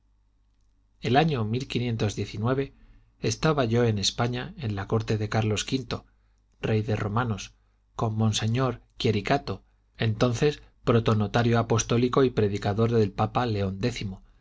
el año estaba yo en españa en la corte de carlos v rey de romanos con monseñor chiericato entonces protonotario apostólico y predicador del papa león